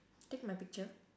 take my picture